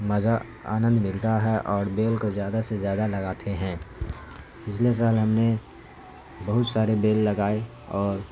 مزہ آنند ملتا ہے اور بیل کو زیادہ سے زیادہ لگاتے ہیں پچھلے سال ہم نے بہت سارے بیل لگائے اور